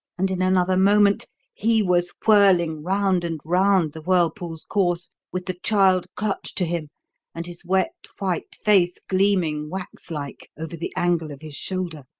and in another moment he was whirling round and round the whirlpool's course with the child clutched to him and his wet, white face gleaming wax-like over the angle of his shoulder.